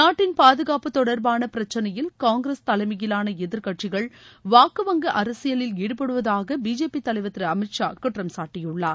நாட்டின் பாதுகாப்பு தொடர்பான பிரச்சினையில் காங்கிரஸ் தலைமையிலான எதிர்க்கட்சிகள் வாக்கு வங்கி அரசியலில் ஈடுபடுவதாக பிஜேபி தலைவர் திரு அமித் ஷா குற்றம் சாட்டியுள்ளார்